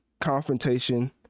confrontation